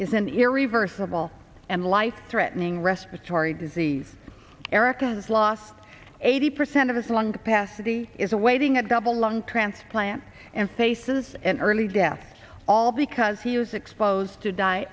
an irreversible and life threatening respiratory disease erika's lost eighty percent of his lung capacity is awaiting a double lung transplant and faces an early death all because he was exposed to di